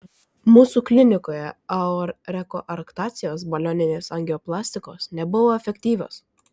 mūsų klinikoje ao rekoarktacijos balioninės angioplastikos nebuvo efektyvios